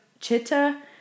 chitta